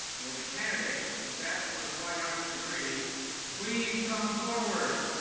will the candidates for the bachelor of fine arts degree please come forward?